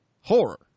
horror